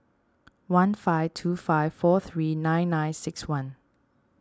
one five two five four three nine nine six one